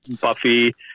Buffy